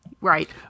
right